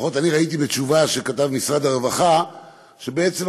לפחות ראיתי בתשובה שכתב משרד הרווחה שעד היום